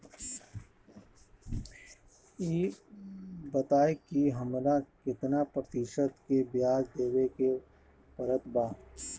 ई बताई की हमरा केतना प्रतिशत के ब्याज देवे के पड़त बा?